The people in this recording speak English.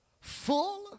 full